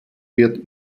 wird